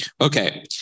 Okay